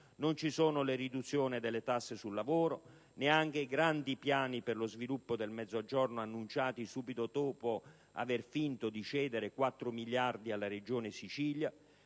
Non ci sono le riduzioni delle tasse sul lavoro e neanche i grandi piani per lo sviluppo del Mezzogiorno annunciati subito dopo aver finto di cedere 4 miliardi alla Regione Sicilia.